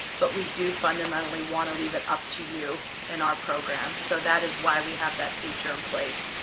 but we do fundamentally wanna leave it up to you in our program. so that is why we have that feature in place.